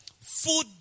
food